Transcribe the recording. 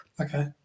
Okay